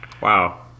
Wow